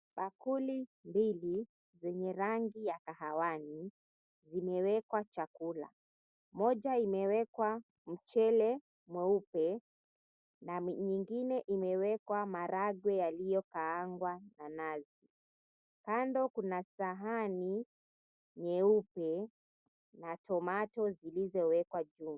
Bakuli mbili zenye rangi ya kahawani zimewekwa chakula, moja imewekwa mchele mweupe na nyingine imewekwa maragwe yaliyo kaangwa kwa nazi, kando kuna sahani nyeupe na tomato zilizowekwa juu.